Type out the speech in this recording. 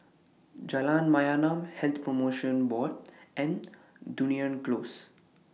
Jalan Mayaanam Health promotion Board and Dunearn Close